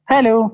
Hello